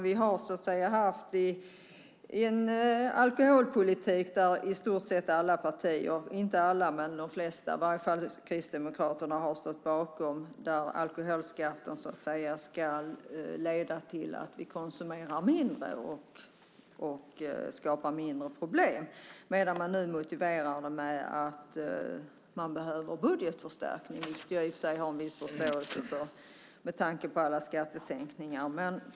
Vi har ju haft en alkoholpolitik där i stort sett alla partier - kanske inte alla, men Kristdemokraterna har i varje fall stått bakom den - där alkoholskatten ska leda till att vi konsumerar mindre och skapar mindre problem. Nu motiverar man den i stället med att man behöver budgetförstärkning. Jag kan i och för sig ha en viss förståelse för det med tanke på alla skattesänkningar.